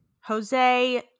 Jose